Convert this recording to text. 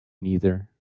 neither